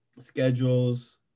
schedules